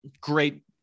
Great